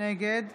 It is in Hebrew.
נגד